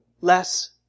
less